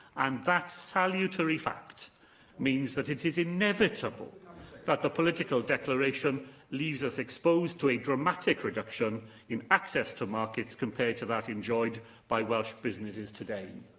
and that salutary fact means that it is inevitable that the political declaration leaves us exposed to a dramatic reduction in access to markets compared to that enjoyed by welsh businesses today.